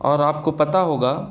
اور آپ کو پتا ہوگا